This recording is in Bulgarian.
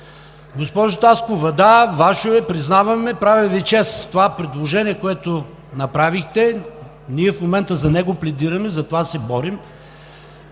Госпожо Таскова, да, Ваше е, признаваме, прави Ви чест това предложение, което направихте. Ние в момента за него пледираме, за това се борим.